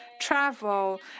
travel